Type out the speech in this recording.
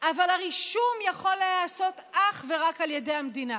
אבל הרישום יכול להיעשות אך ורק על ידי המדינה.